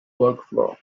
workflow